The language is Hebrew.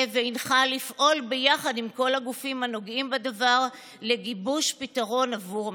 והנחה לפעול ביחד עם כל הגופים הנוגעים בדבר לגיבוש פתרון עבור המתמחים.